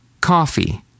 coffee